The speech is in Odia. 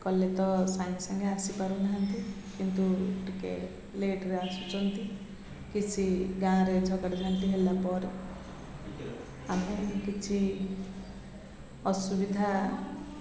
କଲେ ତ ସାଙ୍ଗେ ସାଙ୍ଗେ ଆସିପାରୁନାହାନ୍ତି କିନ୍ତୁ ଟିକେ ଲେଟ୍ରେ ଆସୁଛନ୍ତି କିଛି ଗାଁରେ ଝଗଡ଼ାଝାଟି ହେଲା ପରେ ଆମରି କିଛି ଅସୁବିଧା